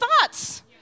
thoughts